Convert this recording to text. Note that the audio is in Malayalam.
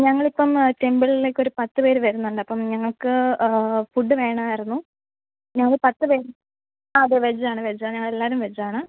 ഞങ്ങൾ ഇപ്പം ടെമ്പിൾലേക്ക് ഒരു പത്ത് പേര് വരുന്നുണ്ട് അപ്പം ഞങ്ങൾക്ക് ഫുഡ്ഡ് വേണമായിരുന്നു ഞങ്ങൾ പത്ത് പേര് ആ അതെ വെജ്ജാണ് വെജ്ജ് ഞങ്ങൾ എല്ലാവരും വെജ്ജാണ്